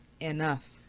Enough